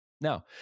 Now